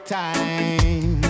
time